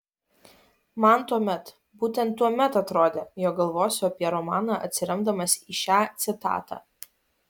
man tuomet būtent tuomet atrodė jog galvosiu apie romaną atsiremdamas į šią citatą